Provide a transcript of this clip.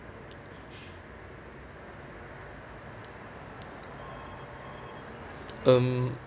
um